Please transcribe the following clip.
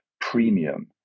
premium